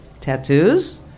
Tattoos